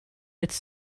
its